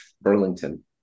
Burlington